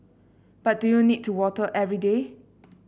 but do you need to water every day